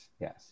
Yes